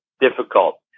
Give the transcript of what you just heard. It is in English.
difficult